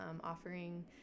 offering